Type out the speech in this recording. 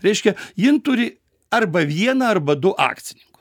reiškia jin turi arba vieną arba du akcininkus